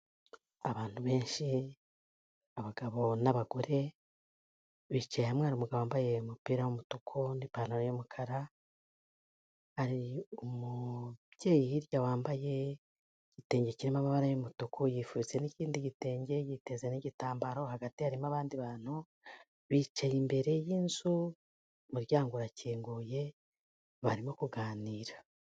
Abantu benshi abagabo n'abagore, bicaye hamwe hari umugabo wambaye umupira w'umutuku n'ipantaro y'umukara, hari umubyeyi hirya wambaye igitenge kirimo amabara y'umutuku, yifuritse n'ikindi gitenge yiteze n'igitambaro hagati harimo abandi bantu, bicaye imbere y'inzu umuryango urakinguye barimo kuganira.